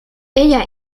ella